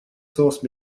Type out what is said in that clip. source